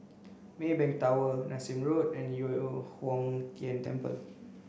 Maybank Tower Nassim Road and Yu Huang Tian Temple